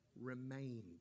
remained